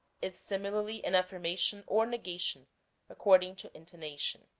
is similarly an affirmation or negation accord ing to intonation.